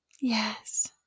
Yes